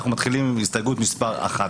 אנחנו מתחילים עם הסתייגות מס' 1,